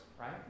right